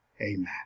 amen